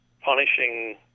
punishing